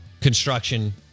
construction